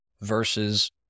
versus